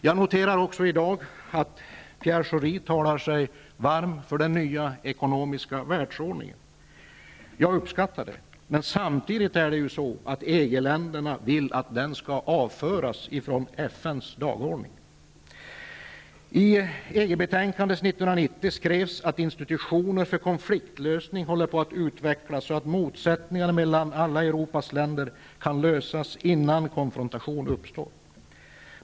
Jag noterar också att Pierre Schori i dag talar sig varm för den nya ekonomiska världsordningen. Jag uppskattar det. Men samtidigt vill EG-länderna att den skall avföras från FN:s dagordning. I EG-betänkandet 1990 skrevs: ''Institutioner för konfliktlösning håller på att utvecklas så att motsättningar mellan alla Europas länder kan lösas innan konfrontation uppstår.''